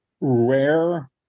rare